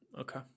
Okay